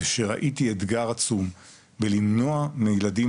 זה ברגע שראיתי אתגר עצום בלמנוע מילדים